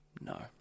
No